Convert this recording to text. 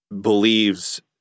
believes